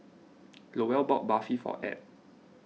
Lowell bought Barfi for Add